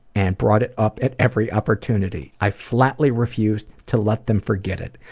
and brought it up at every opportunity. i flatly refused to let them forget it.